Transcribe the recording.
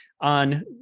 on